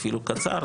אפילו קצר.